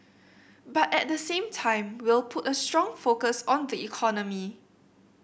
but at the same time we'll put a strong focus on the economy